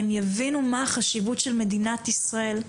הם יבינו מה החשיבות של מדינת ישראל,